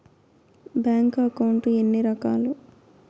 bank account ఎన్ని రకాలు